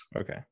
Okay